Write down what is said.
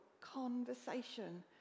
conversation